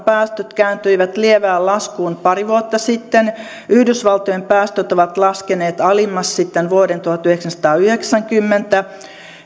päästöt kääntyivät lievään laskuun pari vuotta sitten yhdysvaltojen päästöt ovat laskeneet alimmas sitten vuoden tuhatyhdeksänsataayhdeksänkymmentä